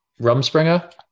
Rumspringer